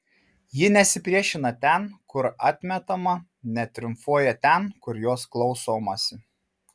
ji nesipriešina ten kur atmetama netriumfuoja ten kur jos klausomasi